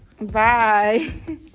Bye